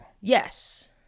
Yes